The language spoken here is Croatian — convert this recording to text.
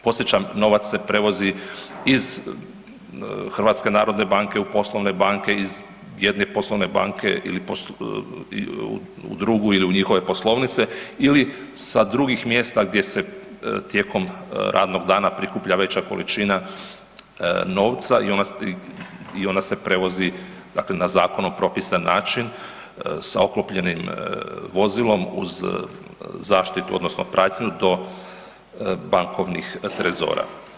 Podsjećam, novac se prevozi iz HNB u poslovne banke, iz jedne poslovne banke u drugu ili u njihove poslovnice ili sa drugih mjesta gdje se tijekom radnog dana prikuplja veća količina novca i ona se prevozi dakle na zakonom propisan način sa oklopljenim vozilom uz zaštitu odnosno pratnju do bankovnih trezora.